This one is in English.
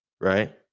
right